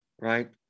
Right